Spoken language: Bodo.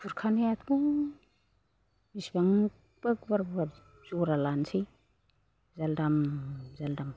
खुरखानायाथ' बेसेबांबा गुवार गुवार जरा लानोसै जाल्दाम जाल्दाम